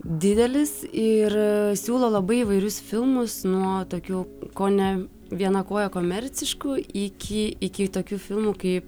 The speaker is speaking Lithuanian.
didelis ir siūlo labai įvairius filmus nuo tokių kone viena koja komerciškų iki iki tokių filmų kaip